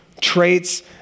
traits